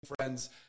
friends